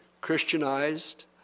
Christianized